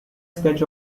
sketch